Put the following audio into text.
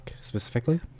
specifically